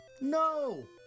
No